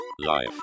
life